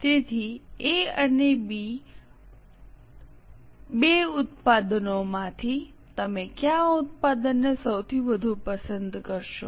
તેથી એ અને બી બે ઉત્પાદનોમાંથી તમે કયા ઉત્પાદનને સૌથી વધુ પસંદ કરશો